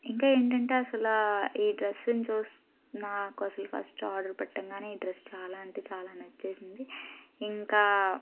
ఇంకా ఏంటంటే అసలు ఆ ఈ డ్రస్ను చూస్ నాకు అసలు ఫస్ట్ ఆర్డర్ పెట్టగానే ఈ డ్రస్ చాలా అంటే చాలా నచ్చేసింది ఇంకా